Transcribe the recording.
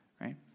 right